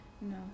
no